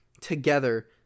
together